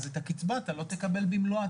את הקצבה אתה לא תקבל במלואה,